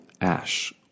ash